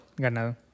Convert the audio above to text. Ganado